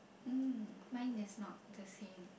mm mine is not the same